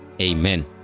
amen